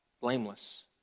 blameless